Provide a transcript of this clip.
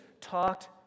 talked